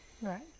Right